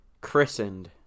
christened